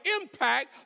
impact